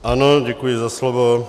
Ano, děkuji za slovo.